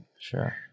Sure